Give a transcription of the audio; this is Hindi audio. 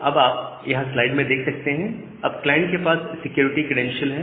अब आप यहां स्लाइड में देख सकते हैं अब क्लाइंट के पास सिक्योरिटी क्रेडेंशियल है